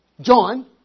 John